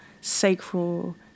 sacral